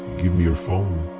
give me your phone,